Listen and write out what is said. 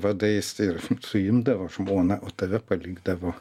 vadais ir suimdavo žmoną o tave palikdavo